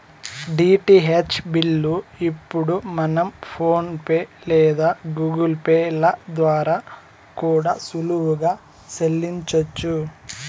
DTH బిల్లు ఇప్పుడు మనం ఫోన్ పే లేదా గూగుల్ పే ల ద్వారా కూడా సులువుగా సెల్లించొచ్చు